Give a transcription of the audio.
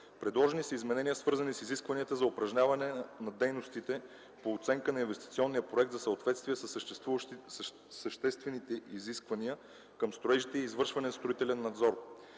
Предложени са изменения, свързани с изискванията за упражняване на дейностите по оценка на инвестиционния проект за съответствие със съществените изисквания към строежите и извършване на строителен надзор.